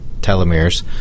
telomeres